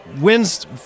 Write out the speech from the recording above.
wins